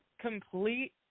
complete